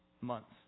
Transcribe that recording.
months